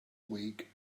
week